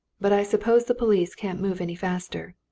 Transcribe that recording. but i suppose the police can't move any faster.